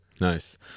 Nice